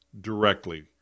directly